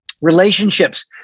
relationships